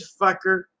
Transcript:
fucker